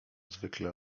zwykle